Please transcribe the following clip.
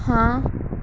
ਹਾਂ